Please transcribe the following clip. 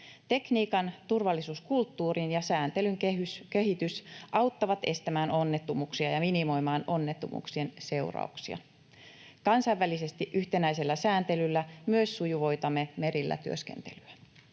Tekniikan, turvallisuuskulttuurin ja sääntelyn kehitys auttaa estämään onnettomuuksia ja minimoimaan onnettomuuksien seurauksia. Kansainvälisesti yhtenäisellä sääntelyllä myös sujuvoitamme merillä työskentelyä.